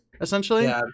essentially